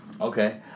Okay